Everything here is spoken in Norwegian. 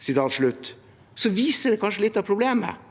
viser det kanskje litt av problemet.